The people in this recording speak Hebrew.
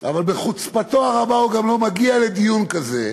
אבל בחוצפתו הרבה הוא גם לא מגיע לדיון כזה.